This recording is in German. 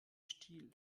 stiel